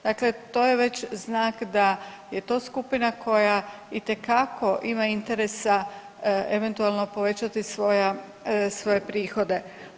Dakle to je već znak da je to skupina koja itekako ima interesa eventualno povećati svoje prihode.